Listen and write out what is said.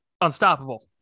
unstoppable